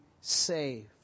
saved